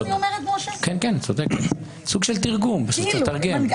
כן, את צודקת, סוג של תרגום, לתרגם.